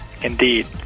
Indeed